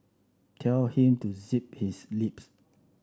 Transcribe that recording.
tell him to zip his lips